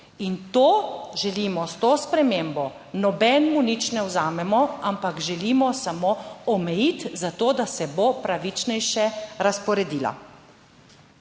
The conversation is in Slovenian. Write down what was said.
In to želimo s to spremembo, nobenemu nič ne vzamemo, ampak želimo samo omejiti zato, da se bo pravičnejše razporedila.